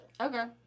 Okay